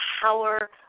power